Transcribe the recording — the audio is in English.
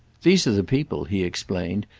these are the people, he explained,